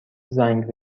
زنگ